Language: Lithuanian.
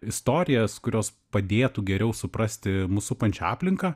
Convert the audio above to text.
istorijas kurios padėtų geriau suprasti mus supančią aplinką